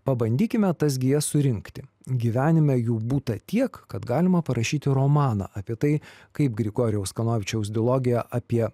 pabandykime tas gijas surinkti gyvenime jų būta tiek kad galima parašyti romaną apie tai kaip grigorijaus kanovičiaus dilogiją apie